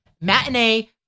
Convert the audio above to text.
matinee